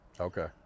okay